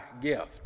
gift